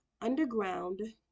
underground